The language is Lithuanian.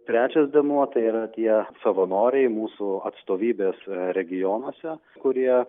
trečias dėmuo tai yra tie savanoriai mūsų atstovybės regionuose kurie